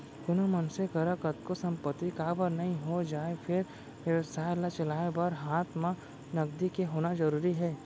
कोनो मनसे करा कतको संपत्ति काबर नइ हो जाय फेर बेवसाय ल चलाय बर हात म नगदी के होना जरुरी हे